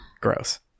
Gross